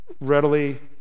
readily